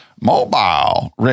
mobile